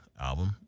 album